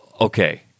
okay—